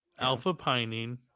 alpha-pinene